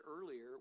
earlier